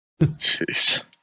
Jeez